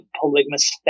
polygamous